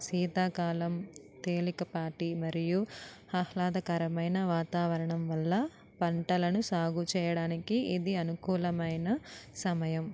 శీతాకాలం తేలికపాటి మరియు ఆహ్లాదకరమైన వాతావరణం వల్ల పంటలను సాగు చేయడానికి ఇది అనుకూలమైన సమయం